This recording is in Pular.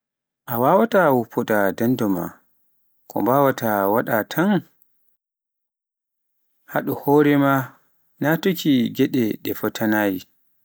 A waawaata woppude daɗndo maa, ko mbaawɗaa waɗde tan ko haɗde hoore maa naatde e geɗe ɗe fotaani.